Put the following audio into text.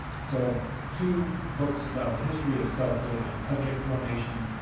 so two books about the history of selfhood and subject formation,